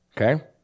Okay